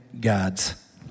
God's